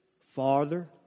farther